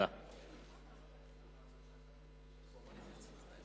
הצעתו של חבר הכנסת כרמל שאמה.